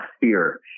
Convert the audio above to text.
fear